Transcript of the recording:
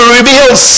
reveals